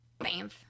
bamf